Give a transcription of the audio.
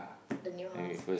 the new house